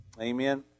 amen